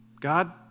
God